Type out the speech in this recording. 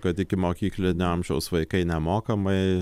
kad ikimokyklinio amžiaus vaikai nemokamai